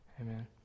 Amen